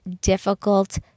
difficult